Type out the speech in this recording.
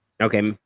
Okay